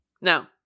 No